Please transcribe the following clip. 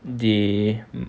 the